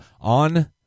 on